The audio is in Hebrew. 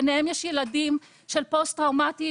ביניהם יש ילדים של פוסט טראומטיים